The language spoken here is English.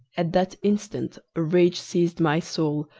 at that instant a rage seized my soul,